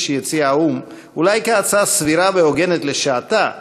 שהציע האו"ם אולי כהצעה סבירה והוגנת לשעתה,